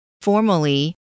formally